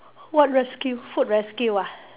what rescue food rescue ah